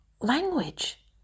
language